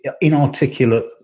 inarticulate